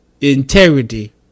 integrity